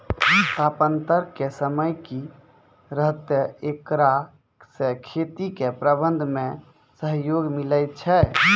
तापान्तर के समय की रहतै एकरा से खेती के प्रबंधन मे सहयोग मिलैय छैय?